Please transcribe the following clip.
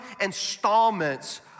installments